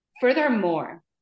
furthermore